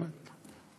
באמת,